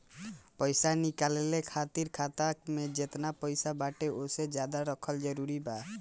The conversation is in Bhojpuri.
पईसा निकाले खातिर खाता मे जेतना पईसा बाटे ओसे ज्यादा रखल जरूरी बा?